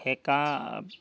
সেকা